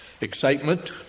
excitement